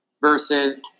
versus